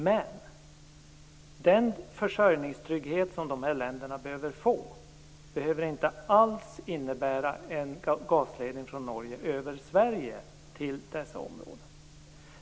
Men den försörjningstrygghet som de här länderna behöver få behöver inte alls innebära en gasledning från Norge över Sverige till dessa områden.